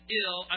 ill